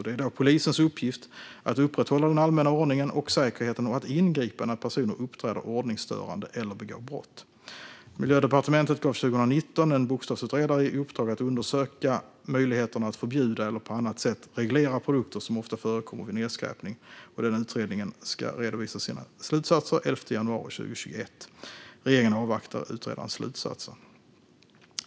Det är då polisens uppgift att upprätthålla den allmänna ordningen och säkerheten och att ingripa när personer uppträder ordningsstörande eller begår brott. Miljödepartementet gav 2019 en bokstavsutredare i uppdrag att undersöka möjligheterna att förbjuda eller på annat sätt reglera produkter som ofta förekommer vid nedskräpning. Utredaren ska redovisa sina slutsatser den 11 januari 2021. Regeringen avvaktar utredarens slutsatser.